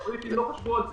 הבריטים לא חשבו על זה.